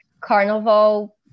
carnival